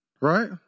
right